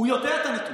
הוא יודע את הנתונים.